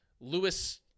Lewis